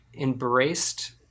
embraced